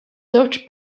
żewġ